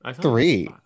Three